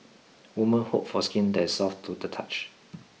women hope for skin that is soft to the touch